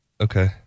Okay